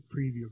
preview